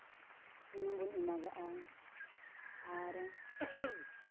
ᱥᱩᱱᱩᱢ ᱵᱚᱱ ᱮᱢᱟᱜᱟᱜᱼᱟ ᱟᱨ